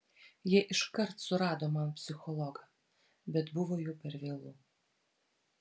jie iškart surado man psichologą bet buvo jau per vėlu